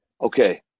okay